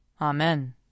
Amen